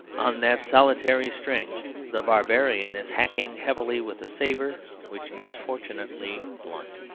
on that solitary string the barbarian is hacking heavily, with a sabre which is fortunately blunt.